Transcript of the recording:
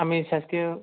आम्ही शासकीय